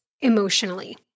emotionally